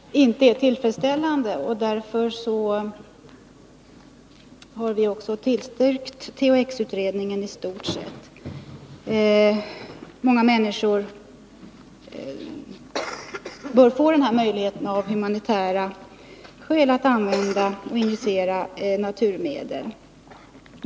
Herr talman! Det är klart att den nuvarande situationen inte är tillfredsställande, och därför har vi också tillstyrkt THX-utredningens förslag istort sett. Många människor bör av humanitära skäl få den här möjligheten att använda och injicera naturmedel.